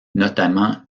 notamment